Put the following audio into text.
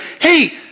hey